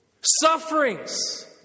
Sufferings